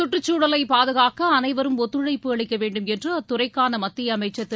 சுற்றுச்சூழலை பாதுகாக்க அனைவரும் ஒத்துழைப்பு அளிக்க வேண்டும் என்று அத்துறைக்கான மத்திய அமைச்சர் திரு